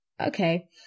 okay